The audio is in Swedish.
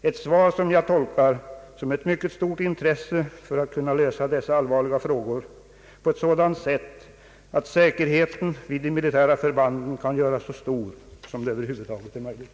Jag tolkar svaret som ett mycket stort intresse för att lösa dessa allvarliga frågor på sådant sätt att säkerheten vid de militära förbanden kan göras så stor som det över huvud taget är möjligt.